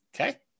Okay